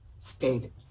stated